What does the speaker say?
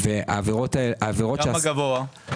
כמה גבוה?